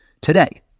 Today